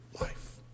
life